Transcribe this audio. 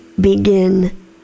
begin